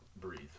breathe